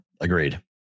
agreed